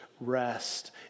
rest